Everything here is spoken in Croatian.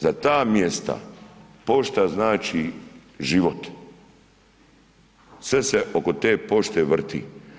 Za ta mjesta pošta znači život, sve se oko te pošte vrti.